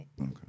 Okay